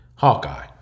Hawkeye